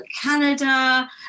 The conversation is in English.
Canada